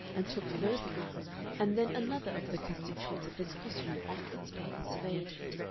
and took first one and then another of the constituents of this costume off its peg and surveyed it.